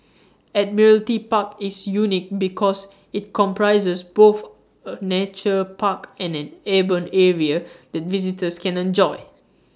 Admiralty Park is unique because IT comprises both A Nature Park and an urban area that visitors can enjoy